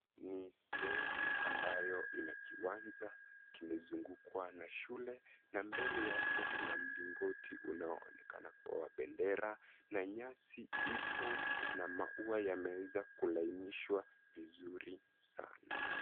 Ni sehemu ambayo ina kiwanja, kimezungukwa na shule na mbele yake kuna mlingoti unaonekana kuwa wa bendera na nyasi ipo na maua yameweza kulainishwa vizuri sana.